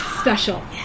special